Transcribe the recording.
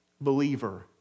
believer